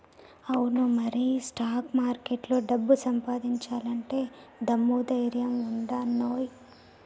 అవును మరి స్టాక్ మార్కెట్లో డబ్బు సంపాదించాలంటే దమ్ము ధైర్యం ఉండానోయ్